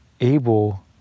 able